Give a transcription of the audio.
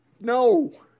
No